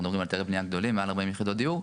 אנחנו מדברים על היתרי בניה גדולים מעל 40 יחידות דיור,